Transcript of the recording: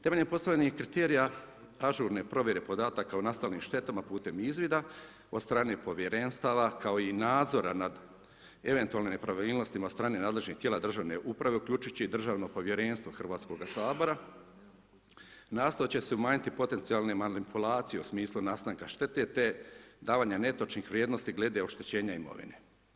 Temeljem postavljenih kriterija ažurne provjere podataka o nastalim štetama putem izvida od strane povjerenstava, kao i nadzora od eventualne nepravilnostima od strane nadležnih tijela državne uprave, uključujući i državno povjerenstvo Hrvatskoga sabora nastojat će se umanjiti potencijalne manipulacije u smislu nastanka štete te davanja netočnih vrijednosti glede oštećenja imovine.